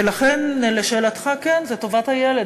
ולכן, לשאלתך, כן, זה טובת הילד.